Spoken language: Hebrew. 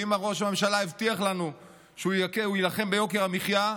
ואם ראש הממשלה הבטיח לנו שהוא יילחם ביוקר המחיה,